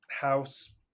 house